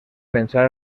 pensar